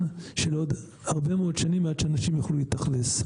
של עוד הרבה מאוד שנים עד אנשים יוכלו להתאכלס.